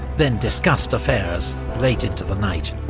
then discussed affairs late into the night.